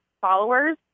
followers